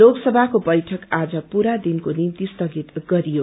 लोकसभाको बैठक आज पूरा दिनको निम्त स्वगित गरियो